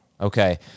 Okay